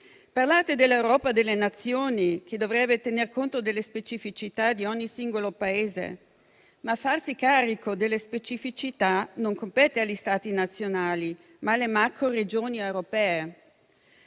Parlate dell'Europa delle Nazioni, che dovrebbe tener conto delle specificità di ogni singolo Paese. Tuttavia, farsi carico delle specificità compete non agli Stati nazionali, ma alle macroregioni europee.